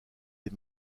des